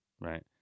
Right